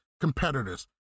competitors